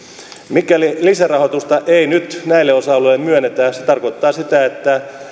mikäli lisärahoitusta ei nyt näille osa alueille myönnetä se tarkoittaa sitä että